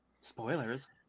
Spoilers